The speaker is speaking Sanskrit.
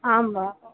आं वा